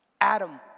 Adam